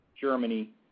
Germany